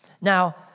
Now